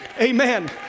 Amen